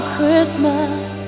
Christmas